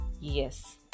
yes